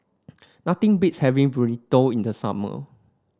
nothing beats having Burrito in the summer